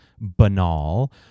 banal